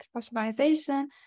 specialization